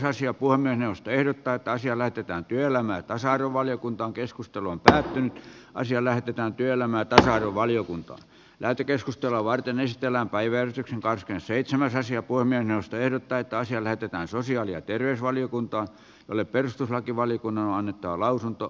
puhemiesneuvosto ehdottaa että asia lähetetään työelämä ja sadun valiokunta keskustelun tärkein asia lähetetään työelämä tässä valiokunta lähetekeskustelua varten ei elän päivän kit car seitsemän raisio kuormien ostoehdot täyttää asia lähetetään sosiaali ja terveysvaliokuntaan jolle perustuslakivaliokunnan on annettava lausunto